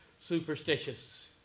superstitious